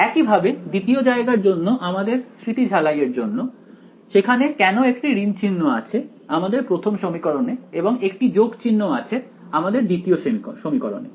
একইভাবে দ্বিতীয় জায়গার জন্য আমাদের স্মৃতি ঝালাই এর জন্য সেখানে কেন একটি ঋণ চিহ্ন আছে আমাদের প্রথম সমীকরণে এবং একটি যোগ চিহ্ন আমাদের দ্বিতীয় সমীকরণে